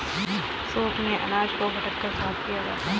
soup से अनाज को फटक कर साफ किया जाता है